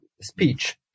speech